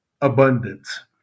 abundance